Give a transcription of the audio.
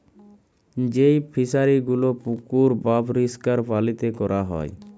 যেই ফিশারি গুলো পুকুর বাপরিষ্কার পালিতে ক্যরা হ্যয়